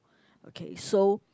okay so